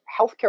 healthcare